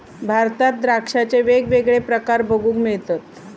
भारतात द्राक्षांचे वेगवेगळे प्रकार बघूक मिळतत